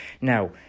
now